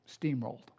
steamrolled